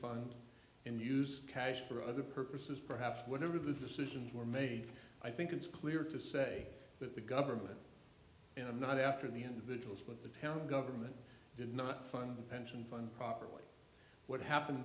fund and use cash for other purposes perhaps whatever the decisions were made i think it's clear to say that the government and not after the individuals but the town government did not fund pension fund properly what happened